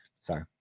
Sorry